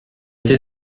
t’ai